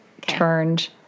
turned